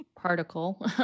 particle